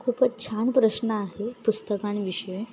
खूपच छान प्रश्न आहे पुस्तकांविषयी